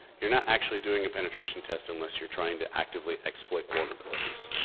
you're not actually doing a penetration test unless you're trying to actively exploit vulnerabilities.